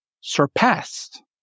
surpassed